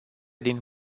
din